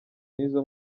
n’izo